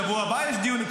בשבוע הבא יש דיון.